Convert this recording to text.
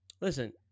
Listen